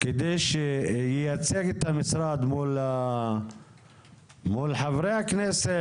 על מנת שייצג את המשרד מול חברי הכנסת,